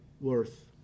worth